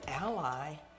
ally